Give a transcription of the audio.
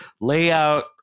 layout